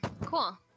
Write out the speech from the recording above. cool